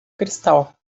cristal